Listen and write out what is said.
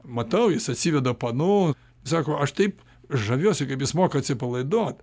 matau jis atsiveda panų sako aš taip žaviuosi kaip jis moka atsipalaiduot